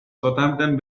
southampton